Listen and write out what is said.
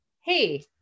Hey